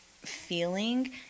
feeling